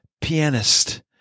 pianist